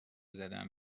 زدن